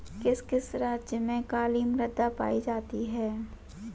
किस किस राज्य में काली मृदा पाई जाती है?